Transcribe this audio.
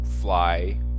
fly